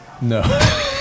No